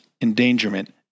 endangerment